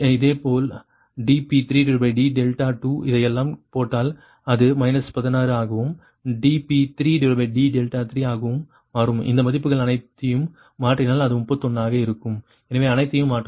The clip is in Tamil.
இதேபோல் dP3d2 இதையெல்லாம் போட்டால் அது 16 ஆகவும் dP3d3 ஆகவும் மாறும் அந்த மதிப்புகள் அனைத்தையும் மாற்றினால் அது 31 ஆக இருக்கும் எனவே அனைத்தையும் மாற்றவும்